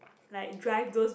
like drive those